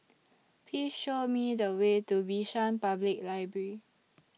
Please Show Me The Way to Bishan Public Library